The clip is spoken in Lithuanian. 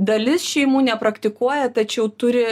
dalis šeimų nepraktikuoja tačiau turi